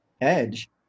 Edge